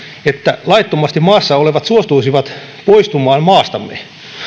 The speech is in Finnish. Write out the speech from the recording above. että laittomasti maassa olevat suostuisivat poistumaan maastamme